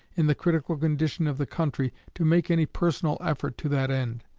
in the critical condition of the country, to make any personal effort to that end.